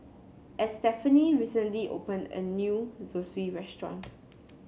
Estefany recently opened a new Zosui restaurant